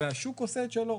והשוק עושה את שלו.